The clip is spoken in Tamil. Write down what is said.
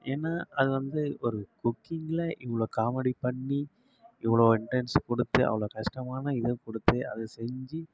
ஏன்னா அது வந்து ஒரு குக்கிங்கில் இவ்வளோ காமெடி பண்ணி இவ்வளோ இன்டென்ஸ் கொடுத்து அவ்வளோ கஷ்டமான இதை கொடுத்து அது செஞ்சு